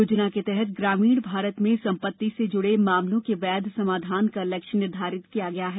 योजना के तहत ग्रामीण भारत में संपत्ति से जुड़े मामलों के वैध समाधान का लक्ष्य निर्धारित किया गया है